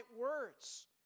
words